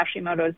Hashimoto's